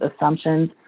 assumptions